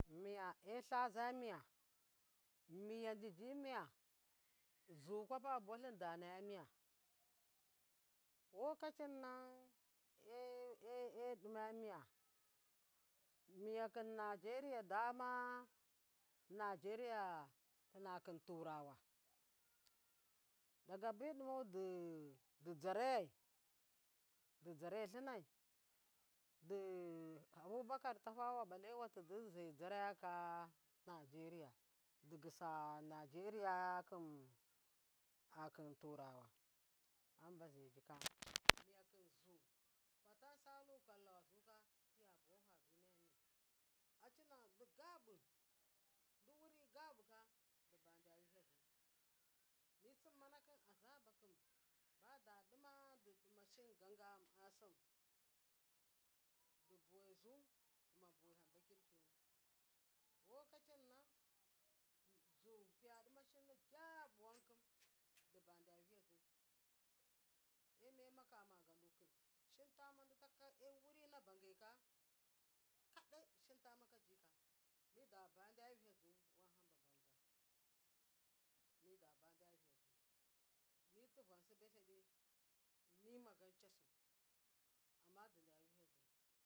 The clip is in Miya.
Miya ei laza miya miya jijimiya zukwapa a buwalum dunaya miya wokaci e ɗima miya nuya kum nigeria dama nigeria lunakum turawa dagaba dumau dujarayai dijare lumai di abubakira tafawa balewa tidi zai jarayakhu nigeria digisa najeria ya luhun turawa miya kum zu fatan salu kallawa zu ka fiya buwa fumiya acina di gaɓi ndi wuri gabuka du bada wiha zu misumma nakin azabakhum bada dima di ɗi shim gagam asim di bawai zu dima bawal ham ba kirkiyu woku cinnan zu fiya duma shim digyabu wamkim dubanda wuha zu emiya makama gadu kum shintama ditaka a wuri na bagai ka kudai dishin tama ka jika muda bada wiha zu wan hamba banza mida bada wiha zu mituva suba lyaɗf mima gan chasu amma dida wihazu.